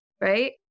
right